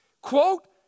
Quote